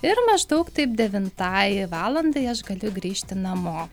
ir maždaug taip devintai valandai aš galiu grįžti namo